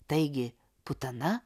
taigi putana